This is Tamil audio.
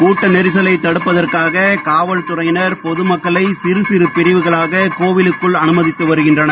கூட்ட நெரிசலை தடுப்பதற்காக காவல்துறையினர் பொதுமக்களை சிறு சிறு பிரிவுகளாக கோவிலுக்குள் அனுமதித்து வருகின்றனர்